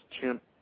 chimp